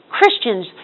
Christians